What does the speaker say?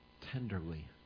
tenderly